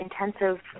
intensive